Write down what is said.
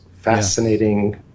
fascinating